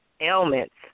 ailments